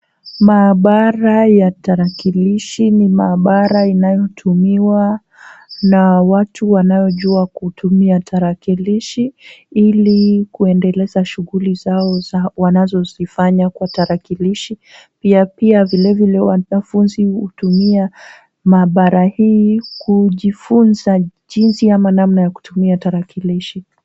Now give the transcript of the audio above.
Maabara ya tarakilishi ni maabara inayotumiwa na watu wanaojua kutumia tarakilishi, ili kuendeleza shughuli zao wanazozifanya kwa tarakilishi. Pia vilevile wanafunzi hutumia maabara hii kujifunza jinsi ama namna ya kutumia tarakilishi.